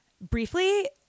briefly